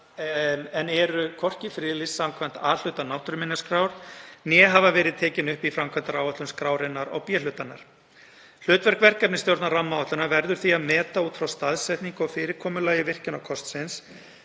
en eru hvorki friðlýst samkvæmt A-hluta náttúruminjaskrár né hafa verið tekin upp í framkvæmdaáætlun skrárinnar á B-hluta hennar. Hlutverk verkefnisstjórnar rammaáætlunar verður því að meta út frá staðsetningu og fyrirkomulagi virkjunarkostsins